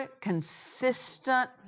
consistent